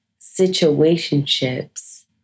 situationships